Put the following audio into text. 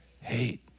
Hate